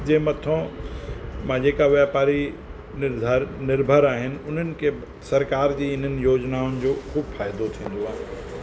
जे मथा मां जेका वापारी निर्धारित निर्भर आहिनि उन्हनि खे सरकार जी इन्हनि योजनाउनि जो ख़ूबु फ़ाइदो थींदो आहे